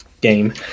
game